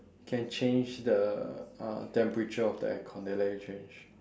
can change the uh temperature of the aircon they let you change